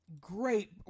Great